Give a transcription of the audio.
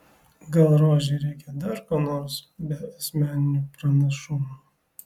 gal rožei reikia dar ko nors be asmeninių pranašumų